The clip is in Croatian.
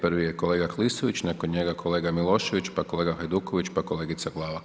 Prvi je kolega Klisović, nakon njega kolega Milošević, pa kolega Hajduković, pa kolegica Glavak.